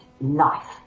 life